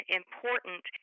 important